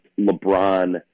LeBron